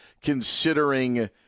considering